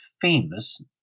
famous